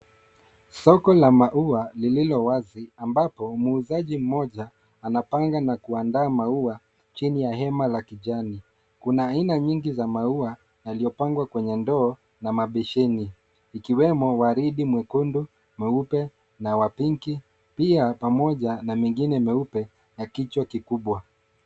Soko la maua lililo wazi ambapo muuzaji mmoja anapanga na kuandaa maua chini ya hema ya kijani. Kuna aina nyingi za maua yaliyopangwa kwenye ndoo na mabeseni. Ikiwemo waridi mwekundu, mweupe na wa pinki, pia pamoja na mingine myeupe na kichwa kikubwa.